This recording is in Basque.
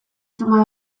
suma